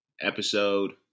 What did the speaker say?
episode